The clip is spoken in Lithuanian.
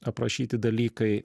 aprašyti dalykai